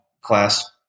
class